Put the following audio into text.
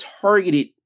targeted